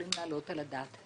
יכולים להעלות על הדעת.